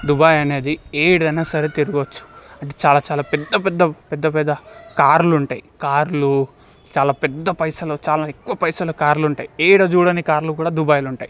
Dubai అనేది ఏడైనాసరే తిరగొచ్చు అంటే చాలా చాలా పెద్ద పెద్ద పెద్ద పెద్ద కార్లు ఉంటాయి కార్లు చాలా పెద్ద పైసలు చాలా ఎక్కువ పైసల కార్లు ఉంటాయి ఎక్కడ చూడని కార్లు కూడా దుబాయ్లో ఉంటాయి